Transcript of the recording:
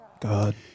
God